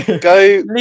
Go